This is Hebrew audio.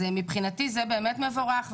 מבחינתי זה באמת מבורך.